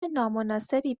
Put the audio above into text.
نامناسبی